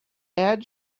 add